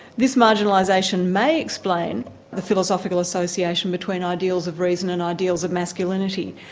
this marginalisation may explain a philosophical association between ideals of reasons and ideals of masculinity,